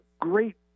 great